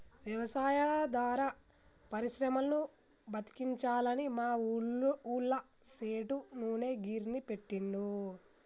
వ్యవసాయాధార పరిశ్రమలను బతికించాలని మా ఊళ్ళ సేటు నూనె గిర్నీ పెట్టిండు